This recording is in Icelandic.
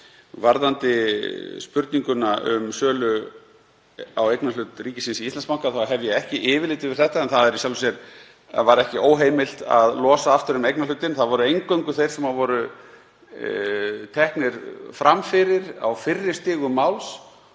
Varðandi spurninguna um sölu á eignarhlut ríkisins í Íslandsbanka þá hef ég ekki yfirlit yfir þetta en það var í sjálfu sér ekki óheimilt að losa aftur um eignarhlutinn. Það voru eingöngu þeir sem voru teknir fram fyrir á fyrri stigum máls